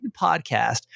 podcast